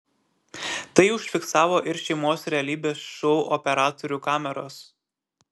tai užfiksavo ir šeimos realybės šou operatorių kameros